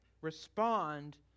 Respond